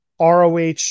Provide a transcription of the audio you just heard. ROH